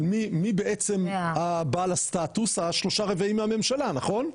אבל מי בעצם הבעל הסטטוס השלושה רבעים מהממשלה נכון?